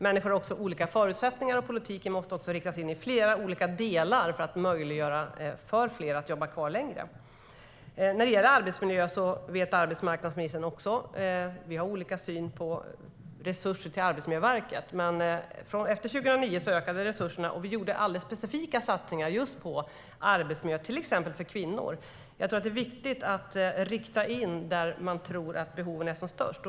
Människor har också olika förutsättningar, och politiken måste riktas in på flera olika delar för att möjliggöra för fler att jobba kvar längre. Vi har olika syn på resurser till Arbetsmiljöverket, men efter 2009 ökade resurserna, och vi gjorde alldeles specifika satsningar på arbetsmiljön, till exempel för kvinnor. Jag tror att det är viktigt att rikta in satsningarna där man tror att behoven är som störst.